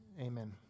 amen